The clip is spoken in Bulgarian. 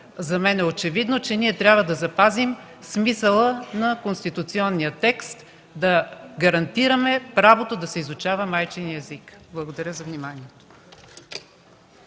за мен е очевидно, е, че ние трябва да запазим смисъла на конституционния текст, да гарантираме правото да се изучава майчиният език. Благодаря за вниманието.